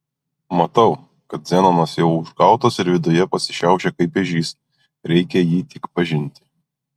matau kad zenonas jau užgautas ir viduje pasišiaušė kaip ežys reikia jį tik pažinti